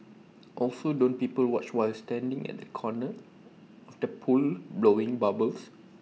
also don't people watch while standing at the corner of the pool blowing bubbles